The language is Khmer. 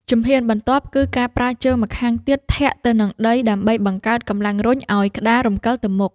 ជំហានបន្ទាប់ គឺការប្រើជើងម្ខាងទៀតធាក់ទៅនឹងដីដើម្បីបង្កើតកម្លាំងរុញឱ្យក្ដាររំកិលទៅមុខ។